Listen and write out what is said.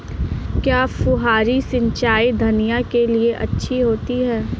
क्या फुहारी सिंचाई धनिया के लिए अच्छी होती है?